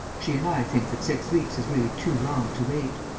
she and i think that six weeks is really too long to wait.